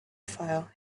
fire